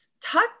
talk